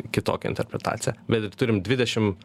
kitokia interpretacija bet ir turim dvidešim